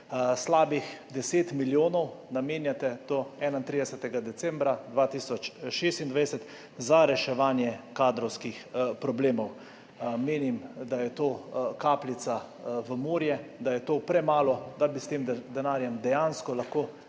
Slabih 10 milijonov namenjate do 31. decembra 2026 za reševanje kadrovskih problemov – menim, da je to kapljica v morje, da je to premalo, da bi s tem denarjem dejansko lahko